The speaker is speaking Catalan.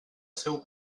seu